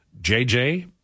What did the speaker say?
JJ